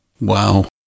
wow